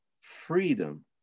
freedom